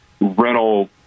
rental